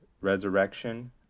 resurrection